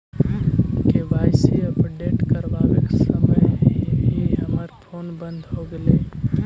KYC update करवाते समय ही हमर फोन बंद हो गेलई